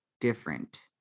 different